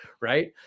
right